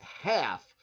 half